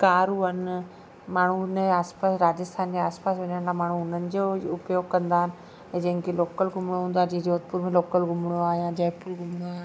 कारुं आहिनि माण्हू उन जे आसपासि राजस्थान जे आसपासि वञण लाइ माण्हू इन्हनि जो उपयोग कंदा आहिनि जंहिंखें लोकल घुमिणो हूंदो आहे जोधपुर में लोकल घुमिणो आहे या जयपुर घुमिणो आहे